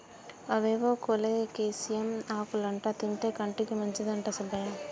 అవేవో కోలేకేసియం ఆకులంటా తింటే కంటికి మంచిదంట సుబ్బయ్య